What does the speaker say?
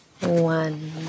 One